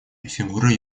фигура